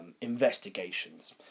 investigations